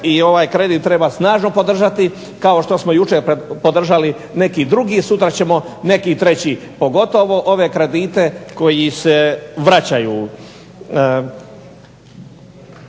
i ovaj kredit treba snažno podržati kao što smo jučer podržali neki drugi, sutra ćemo neki treći. Pogotovo ove kredite koji se vraćaju.